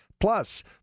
Plus